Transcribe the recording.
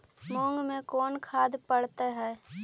मुंग मे कोन खाद पड़तै है?